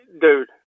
dude